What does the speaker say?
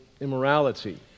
immorality